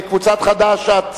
אני קובע שסעיף 6 נתקבל,